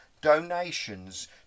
donations